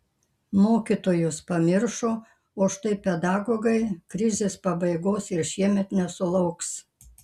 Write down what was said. mokytojus pamiršo o štai pedagogai krizės pabaigos ir šiemet nesulauks